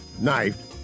knifed